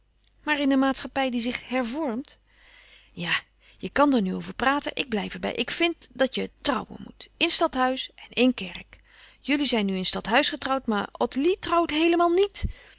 maar in een maatschappij die zich hervormt ja je kan daar nu over praten ik blijf er bij ik vind dat je troùwen moet in stadhuis en in kerk jullie zijn nu in stadhuis getrouwd maar ottilie trouwt heelemaal niet